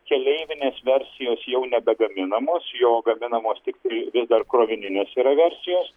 keleivinės versijos jau nebegaminamos jo gaminamos tiktai vis dar krovinės yra versijos